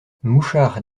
mouchard